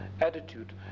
attitude